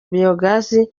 biyogazi